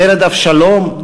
מרד אבשלום,